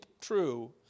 true